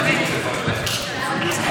החוקים.